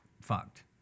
fucked